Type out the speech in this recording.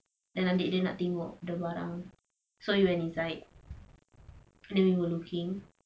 then adik dia nak tengok the barang so we went inside and then we were looking